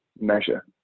measure